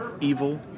evil